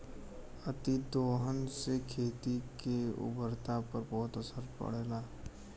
अतिदोहन से खेती के उर्वरता पर बहुत असर पड़ेला